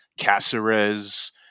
Caceres